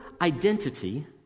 identity